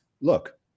look